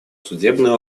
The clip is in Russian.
судебные